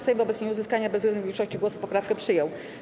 Sejm wobec nieuzyskania bezwzględnej większości głosów poprawkę przyjął.